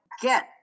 get